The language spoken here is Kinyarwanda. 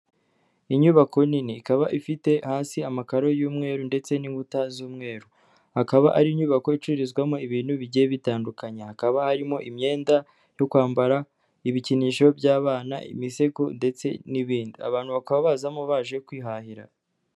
Inyubako nini ikaba ifite hasi amakaro y'umweru ndetse n'inkuta z'umweru, akaba ari inyubako icururizwamo ibintu bigiye bitandukanya, hakaba harimo imyenda yo kwambara, ibikinisho by'abana, imisego ndetse n'ibindi abantu bakaba bazamo baje kwihahira.